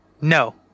No